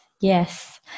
yes